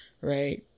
Right